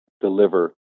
deliver